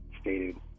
stated